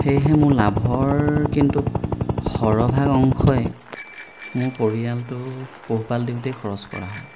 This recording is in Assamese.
সেয়েহে মোৰ লাভৰ কিন্তু সৰহভাগ অংশই মোৰ পৰিয়ালটো পোহপাল দিওঁতেই খৰচ কৰা হয়